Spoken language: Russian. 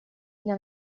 для